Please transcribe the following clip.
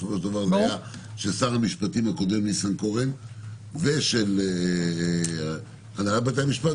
בסופו של דבר זה היה של שר המשפטים הקודם ניסנקורן ושל הנהלת בתי המשפט,